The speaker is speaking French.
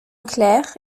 clair